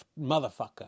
motherfucker